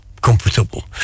comfortable